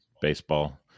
baseball